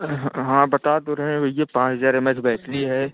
हम्म हाँ बता तो रहे हैं भैया पाँच एम एच बैटरी है